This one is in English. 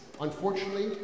unfortunately